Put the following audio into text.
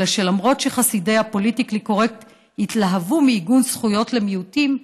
אלא שלמרות שחסידי הפוליטיקלי קורקט יתלהבו מעיגון זכויות למיעוטים,